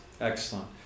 Excellent